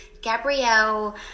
Gabrielle